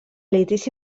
litigi